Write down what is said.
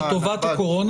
לטובת הקורונה?